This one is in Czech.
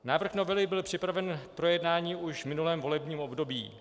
Návrh novely byl připraven k projednání už v minulém volebním období.